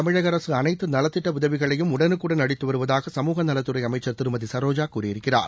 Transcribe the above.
தமிழக அரசு அனைத்து நலத்திட்ட உதவிகளையும் உடனுக்குடன் அளித்து வருவதாக சமூகநலத்துறை அமைச்சர் திருமதி சரோஜா கூறியிருக்கிறார்